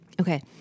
Okay